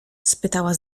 spytała